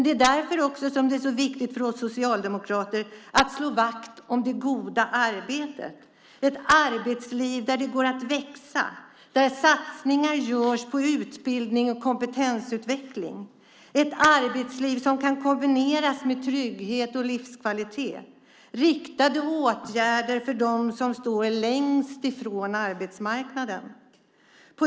Det är därför som det också är så viktigt för oss socialdemokrater att slå vakt om det goda arbetet, ett arbetsliv där det går att växa, där satsningar görs på utbildning och kompetensutveckling, ett arbetsliv som kan kombineras med trygghet och livskvalitet och riktade åtgärder för dem som står längst från arbetsmarknaden.